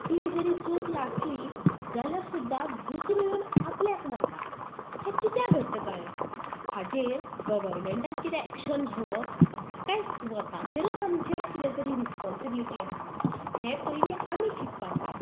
आपली जरी चूक आसली जाल्यार सुद्दां दुसरो येवन आपल्याक मारता हें कित्या घडटा काय हाजेर गवरमेंटान कितेंय एक्शन घेवप काय स्वताचेरच आमचेर किदेंय तरी रिसपोनसिबिलिटी आसा हें पयलीं आमी चिंतपाक जाय